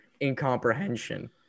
incomprehension